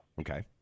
Okay